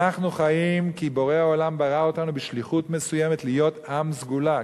אנחנו חיים כי בורא עולם ברא אותנו בשליחות מסוימת להיות עם סגולה,